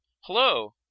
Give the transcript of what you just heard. Hello